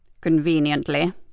Conveniently